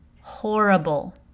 horrible